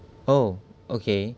oh okay